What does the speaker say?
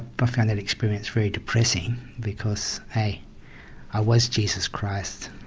but i found that experience very depressing because i i was jesus christ